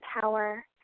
power